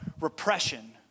repression